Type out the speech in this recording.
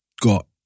got